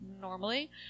normally